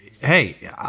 Hey